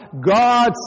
God